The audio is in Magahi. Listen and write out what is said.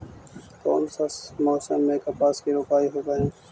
कोन सा मोसम मे कपास के रोपाई होबहय?